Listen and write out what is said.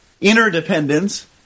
interdependence